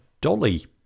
Dolly